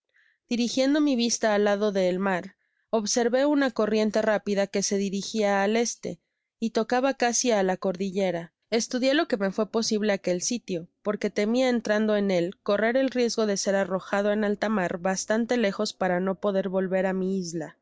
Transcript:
glendo mi vista al lado de el mar observé una corriente rápida que se dirigia al este y tocaba casi á la cordillera estudié lo que me fué posible aquel sitio porque temia entrando en él correr el riesgo de ser arrojado en alta mar bastanle lejos para no poder volver á mi isla asi